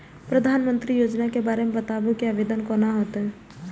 प्रधानमंत्री योजना के बारे मे बताबु की आवेदन कोना हेतै?